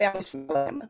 family